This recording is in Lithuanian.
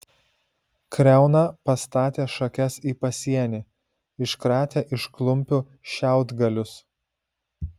kriauna pastatė šakes į pasienį iškratė iš klumpių šiaudgalius